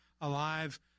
alive